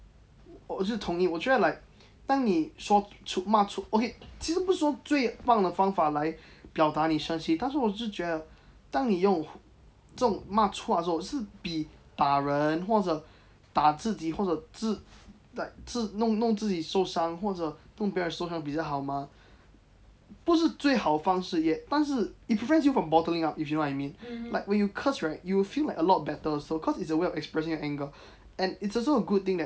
我就同意我就觉得 like 当你说粗骂粗话 okay 其实不是说是最棒的方法来表达你生气但是我是觉得当你用这种骂粗话的时候是比打人或者打自己或者自 like 自弄自己受伤或者弄别人受伤比较好吗不是最好的方式也但是 if you friends you from bottom up if you know what I mean like when you curse right you will feel like a lot of better also cause it's a way of expressing your anger and it's also a good thing that